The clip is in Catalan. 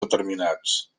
determinats